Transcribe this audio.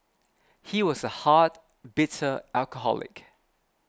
he was a hard bitter alcoholic